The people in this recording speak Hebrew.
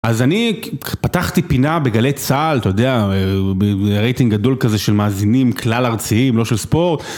אז אני פתחתי פינה בגלי צה"ל, אתה יודע, רייטינג גדול כזה של מאזינים כלל ארציים, לא של ספורט.